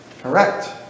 Correct